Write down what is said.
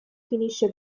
finisce